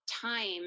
time